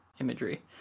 imagery